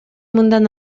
мындан